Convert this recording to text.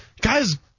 guys